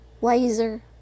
wiser